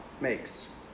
makes